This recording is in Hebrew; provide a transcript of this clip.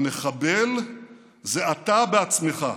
המחבל זה אתה בעצמך.